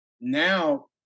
Now